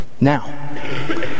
Now